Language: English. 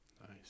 Nice